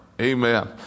Amen